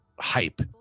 hype